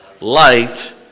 Light